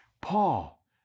Paul